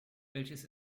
welches